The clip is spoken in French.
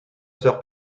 sœur